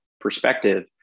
perspective